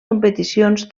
competicions